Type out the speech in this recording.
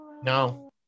No